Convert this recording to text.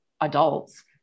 adults